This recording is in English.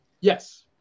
Yes